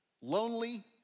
Lonely